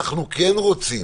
אנחנו כן רוצים